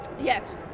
Yes